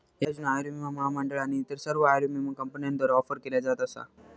ह्या योजना आयुर्विमा महामंडळ आणि इतर सर्व आयुर्विमा कंपन्यांद्वारा ऑफर केल्या जात असा